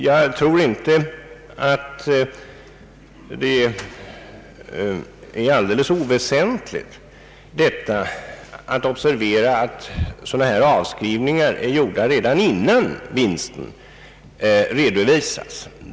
Jag tror inte att det är alldeles oväsentligt att observera att sådana avskrivningar är gjorda redan innan vinsten redovisas.